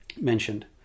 mentioned